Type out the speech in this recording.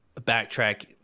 backtrack